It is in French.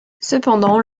cependant